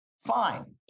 Fine